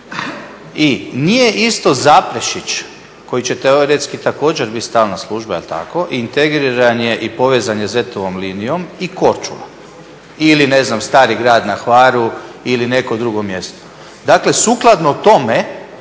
i nije isto Zaprešić koji će teoretski također biti stalna služba, integriran je i povezan je ZET-ovom linijom i Korčula ili ne znam Stari Grad na Hvaru ili neko drugo mjesto. Dakle, sukladno tome